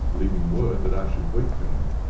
leaving word that i should wait for him.